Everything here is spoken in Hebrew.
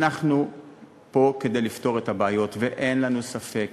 אנחנו פה כדי לפתור את הבעיות, ואין לנו ספק